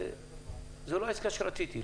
וזה לא עסקה שרציתי,